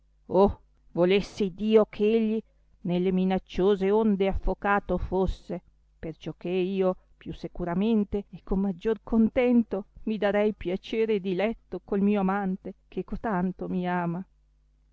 oh volesse iddio che egli nelle minacciose onde affocato fosse perciò che io più securamente e con maggior contento mi darei piacere e diletto col mio amante che cotanto mi ama